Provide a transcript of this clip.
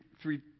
three